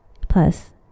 Plus